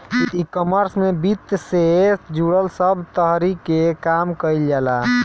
ecommerce में वित्त से जुड़ल सब तहरी के काम कईल जाला